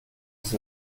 ist